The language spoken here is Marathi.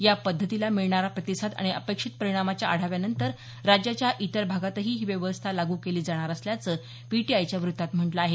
या पद्धतीला मिळणारा प्रतिसाद आणि अपेक्षित परिणामाच्या आढाव्यानंतर राजाच्या इतर भागातही ही व्यवस्था लागू केली जाणार असल्याचं पीटीआयच्या व्रत्तात म्हटलं आहे